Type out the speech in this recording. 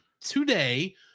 today